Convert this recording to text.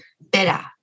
better